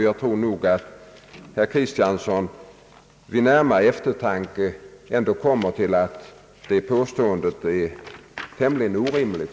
Jag tror att herr Kristiansson vid närmare eftertanke kommer fram till att hans påstående är tämligen orimligt.